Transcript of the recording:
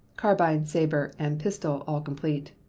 carbine, saber, and pistol, all complete.